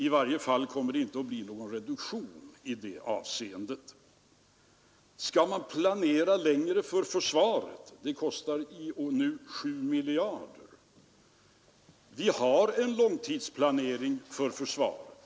I varje fall kommer det inte att bli någon reduktion i detta avseende. Skall man planera långsiktigare för försvaret? Det kostar ju nu 7 miljarder kronor. Vi har redan en långtidsplanering för försvaret.